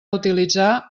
utilitzar